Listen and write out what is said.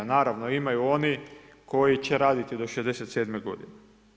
Naravno, imaju oni koji će raditi do 67 godine.